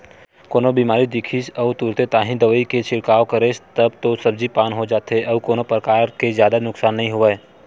कोनो बेमारी दिखिस अउ तुरते ताही दवई के छिड़काव करेस तब तो सब्जी पान हो जाथे अउ कोनो परकार के जादा नुकसान नइ होवय